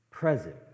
Present